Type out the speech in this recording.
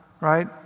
right